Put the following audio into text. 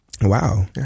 Wow